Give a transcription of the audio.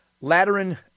Lateran